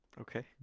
Okay